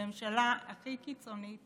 בממשלה הכי קיצונית